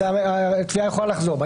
אז התביעה יכולה לחזור בה,